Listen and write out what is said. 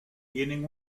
tienen